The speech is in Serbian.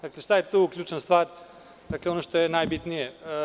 Dakle, šta je ključna stvar i ono što je najbitnije?